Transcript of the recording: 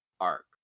arc